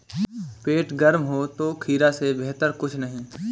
पेट गर्म हो तो खीरा से बेहतर कुछ नहीं